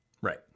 Right